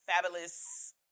fabulous